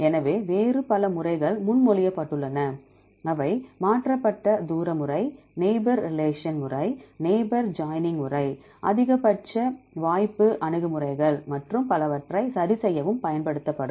எனவே வேறு பல முறைகள் முன்மொழியப்பட்டுள்ளன அவை மாற்றப்பட்ட தூர முறை நெய்பர் ரிலேஷன் முறை நெய்பர் ஜாயினிங் முறை அதிகபட்ச வாய்ப்பு அணுகுமுறைகள் மற்றும் பலவற்றைச் சரிசெய்யவும் பயன்படுத்தப்படும்